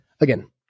again